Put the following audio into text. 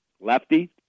Lefty